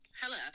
Hello